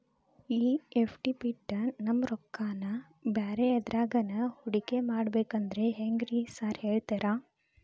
ಈ ಎಫ್.ಡಿ ಬಿಟ್ ನಮ್ ರೊಕ್ಕನಾ ಬ್ಯಾರೆ ಎದ್ರಾಗಾನ ಹೂಡಿಕೆ ಮಾಡಬೇಕಂದ್ರೆ ಹೆಂಗ್ರಿ ಸಾರ್ ಹೇಳ್ತೇರಾ?